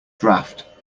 draft